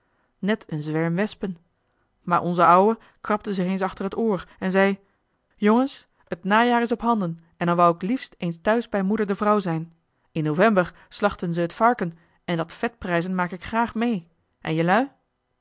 net een zwerm wespen maar onze ouwe krabde zich eens achter het oor en zei jongens t najaar is op handen en dan wou ik liefst eens thuis bij moeder de vrouw zijn in november slachten ze t varken en dat vetprijzen maak ik graag mee en jelui